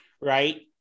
Right